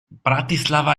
bratislava